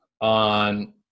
on